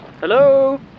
Hello